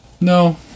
No